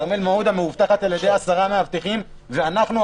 כרמל מעודה מאובטחת על ידי עשרה מאבטחים ואנחנו,